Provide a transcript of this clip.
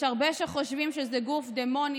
יש הרבה שחושבים שזה גוף דמוני,